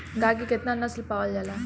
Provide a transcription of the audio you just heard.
गाय के केतना नस्ल पावल जाला?